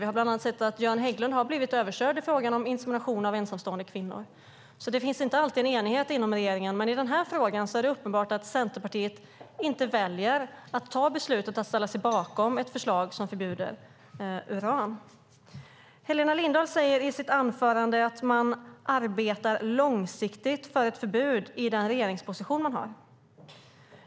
Vi har bland annat sett att Göran Hägglund har blivit överkörd i frågan om insemination av ensamstående kvinnor. Det finns inte alltid en enighet inom regeringen. I den här frågan är det uppenbart att Centerpartiet inte väljer att ställa sig bakom ett förslag som förbjuder brytning av uran. Helena Lindahl säger i sitt anförande att man arbetar långsiktigt för ett förbud i den regeringsposition man har.